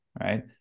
right